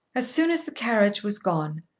as soon as the carriage was gone,